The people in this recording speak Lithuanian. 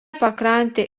pakrantė